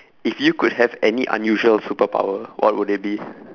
if you could have any unusual superpower what would it be